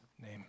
name